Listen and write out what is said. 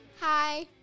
Hi